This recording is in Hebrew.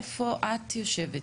איפה את יושבת?